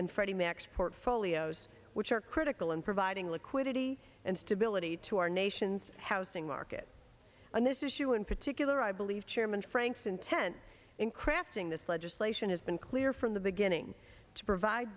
portfolios which are critical in providing liquidity and stability to our nation's housing market on this issue in particular i believe chairman frank's intent in crafting this legislation has been clear from the beginning to provide